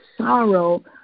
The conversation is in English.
sorrow